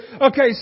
okay